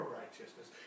righteousness